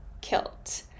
kilt